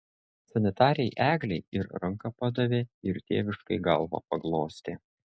sanitarei eglei ir ranką padavė ir tėviškai galvą paglostė